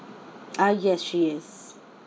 ah yes she is